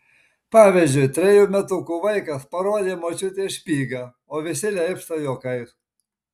pavyzdžiui trejų metukų vaikas parodė močiutei špygą o visi leipsta juokais